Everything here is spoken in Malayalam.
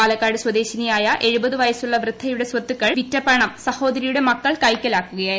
പാലക്കാട് സ്വദേശിനിയായ എഴുപത് വയസ്സുള്ള വൃദ്ധയുടെ സ്വത്തുക്കൾ വിറ്റ പണം സഹോദരിയുടെ മക്കൾ കൈക്കലാക്കുകയായിരുന്നു